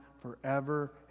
forever